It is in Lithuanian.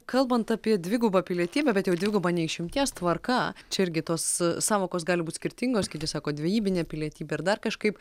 kalbant apie dvigubą pilietybę bet jau dviguba ne išimties tvarka čia irgi tos sąvokos gali būti skirtingos kiti sako dvejybinė pilietybė ir dar kažkaip